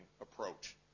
approach